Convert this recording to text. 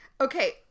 Okay